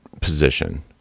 position